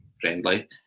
friendly